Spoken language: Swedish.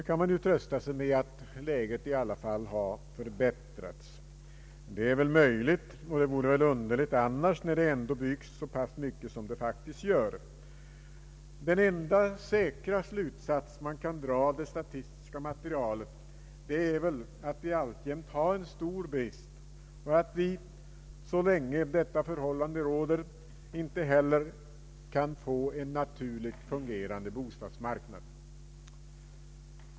Man tröstar sig med att läget har förbättrats. Det är möjligt, och det vore underligt annars när det ändå byggs så mycket som det faktiskt görs. Den enda säkra slutsats man kan dra av det statistiska materialet är att vi alltjämt har en stor brist och att vi, så länge detta förhållande råder, inte heller kan få en naturligt fungerande bostadsmarknad.